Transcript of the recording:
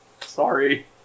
Sorry